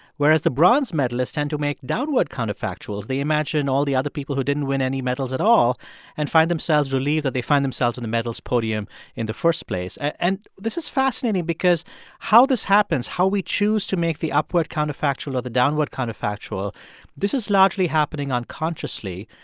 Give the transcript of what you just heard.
whereas the bronze medalists tend to make downward counterfactuals. they imagine all the other people who didn't win any medals at all and find themselves relieved that they find themselves in the medals podium in the first place. and this is fascinating because how this happens how we choose to make the upward counterfactual or the downward counterfactual this is largely happening unconsciously.